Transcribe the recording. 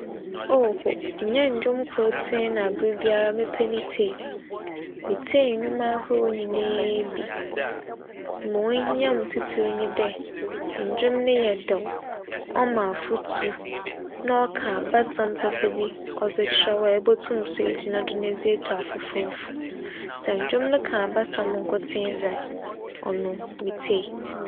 oho! Nnyɛ ndwom koetsee na aber biara mepɛ ne tsie. Mitsie ndwom ahorow nyinara bi. Ma ohia me tsitsir nye dɛ, ndwom no yɛ dɛw, ͻma afotu na ͻka abasɛm papa bi ͻdze kyerɛ wo a ibotum so egyina do dze etu afofor fo. Sɛ ndwom no ka abasɛm nkotsee dze a, ͻno mitsie.